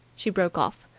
she broke off.